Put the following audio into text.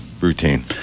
routine